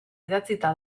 idatzita